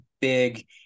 big